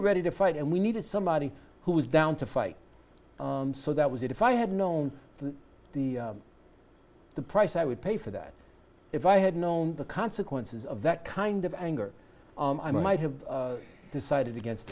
are ready to fight and we needed somebody who was down to fight so that was it if i had known that the the price i would pay for that if i had known the consequences of that kind of anger i might have decided against